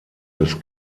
des